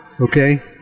Okay